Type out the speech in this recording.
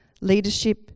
leadership